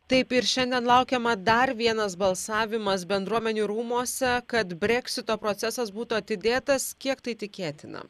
taip ir šiandien laukiama dar vienas balsavimas bendruomenių rūmuose kad breksito procesas būtų atidėtas kiek tai tikėtina